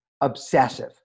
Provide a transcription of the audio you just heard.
obsessive